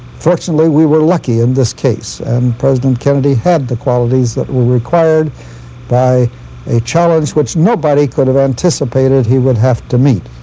fortunately, we were lucky in this case. and president kennedy had the qualities that were required by a challenge which nobody could've anticipated he would have to meet.